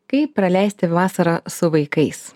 kaip praleisti vasarą su vaikais